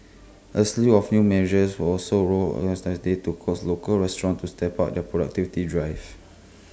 A slew of new measures were also rolled yesterday to coax local restaurants to step up their productivity drive